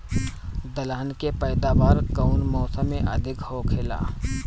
दलहन के पैदावार कउन मौसम में अधिक होखेला?